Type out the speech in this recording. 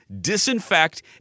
disinfect